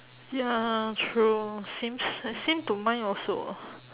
ya true same s~ same to mine also